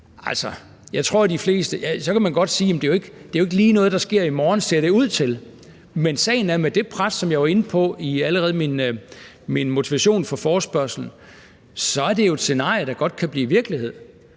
her i Danmark. Altså, så kan man godt sige, at det ikke lige er noget, der sker i morgen, ser det ud til, men sagen er, at med det pres, som jeg var inde på allerede i min motivation for forespørgslen, er det jo et scenarie, der godt kan blive virkelighed.